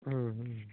हं